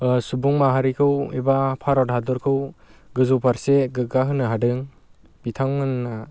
सुबुं माहारिखौ एबा भारत हादरखौ गोजौ फारसे गोग्गाहोनो हादों बिथांमोना